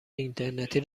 اینترنتی